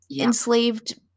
enslaved